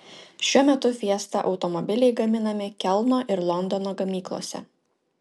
šiuo metu fiesta automobiliai gaminami kelno ir londono gamyklose